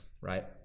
right